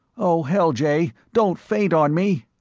oh, hell, jay, don't faint on me!